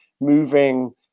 moving